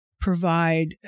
provide